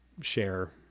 share